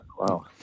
Wow